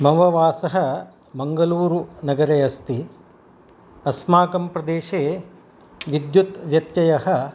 मम वासः मङ्गलूरुनगरेऽस्ति अस्माकं प्रदेशे विद्युत् व्यत्ययः